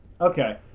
Okay